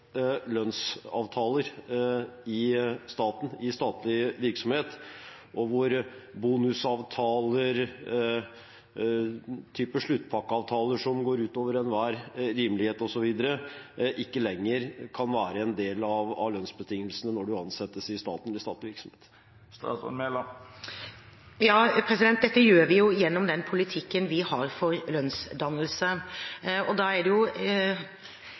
lønnsavtaler i staten, i statlig virksomhet, og hvor bonusavtaler, sluttpakkeavtaler som går utover enhver rimelighet osv., ikke lenger kan være en del av lønnsbetingelsene når en ansettes i staten eller i statlig virksomhet. Dette gjør vi gjennom den politikken vi har for lønnsdannelse. Det at man har det til felles at man er